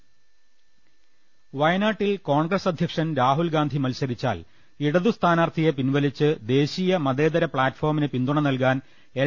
ള ൽ ശ്വ ൾ ശ്വ ൾ ശ്ര ശ വയനാട്ടിൽ കോൺഗ്രസ് അധ്യക്ഷൻ രാഹുൽ ഗാന്ധി മത്സരി ച്ചാൽ ഇടതു സ്ഥാനാർഥിയെ പിൻവലിച്ച് ദേശീയ മതേതര പ്പാറ്റ്ഫോമിന് പിന്തുണ നൽകാൻ എൽ